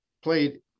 played